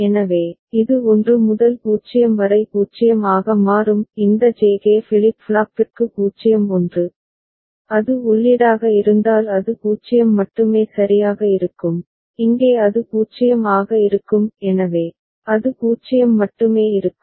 எனவே இது 1 முதல் 0 வரை 0 ஆக மாறும் இந்த J K ஃபிளிப் ஃப்ளாப்பிற்கு 0 1 அது உள்ளீடாக இருந்தால் அது 0 மட்டுமே சரியாக இருக்கும் இங்கே அது 0 ஆக இருக்கும் எனவே அது 0 மட்டுமே இருக்கும்